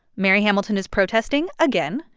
mary hamilton is protesting again.